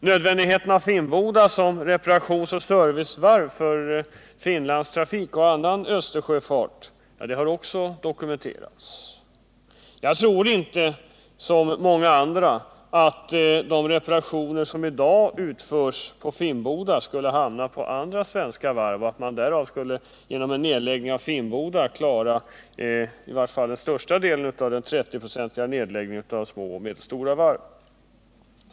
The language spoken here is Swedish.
Nödvändigheten av Finnboda som reparationsoch servicevarv för Finlandstrafiken och annan Östersjöfart har också dokumenterats. Jag tror inte som många andra att de reparationer som i dag utförs på Finnboda skulle hamna hos andra svenska varv och att man genom en nedläggning av Finnboda skulle klara största delen av den 30-procentiga nedläggningen av små och medelstora varv.